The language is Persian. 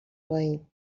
پایین